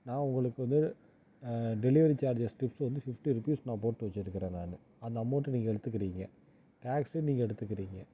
நான் உங்களுக்கு வந்து டெலிவரி சார்ஜஸ் டிப்ஸ் வந்து ஃபிப்ட்டி ருபீஸ் நான் போட்டு வெச்சிருக்குறேன் நான் அந்த அமௌன்ட் நீங்கள் எடுத்துக்குறீங்க டாக்ஸு நீங்கள் எடுத்துக்குறீங்க